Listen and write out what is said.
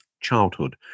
childhood